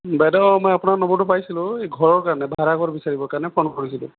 বাইদেউ মই আপোনাৰ নম্বৰটো পাইছিলোঁ ঘৰৰ ভাৰাঘৰ বিচাৰিব কাৰণে ফোন কৰিছিলোঁ